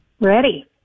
Ready